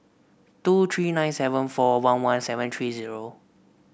two three nine seven four one one seven three zero